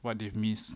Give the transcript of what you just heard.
what did you miss